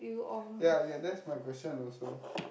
ya ya that's my question also